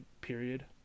period